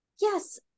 Yes